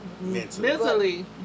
mentally